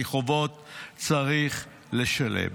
כי חובות צריך לשלם.